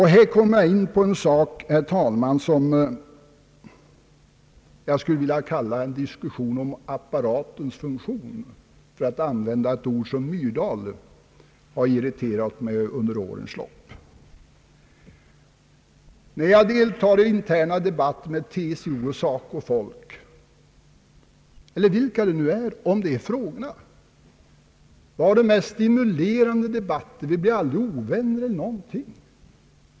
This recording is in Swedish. Här kommer jag, herr talman, in på en sak som jag skulle vilja kalla en diskussion om apparatens funktion — för att använda ett ord som Jan Myrdal har irriterat med under årens lopp. När jag deltar i interna debatter med TCO och SACO-folk eller vilka det nu är om dessa frågor, så har vi de mest stimulerande meningsutbyten. Vi blir aldrig ovänner.